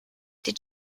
did